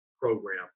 program